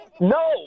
No